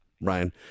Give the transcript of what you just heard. Ryan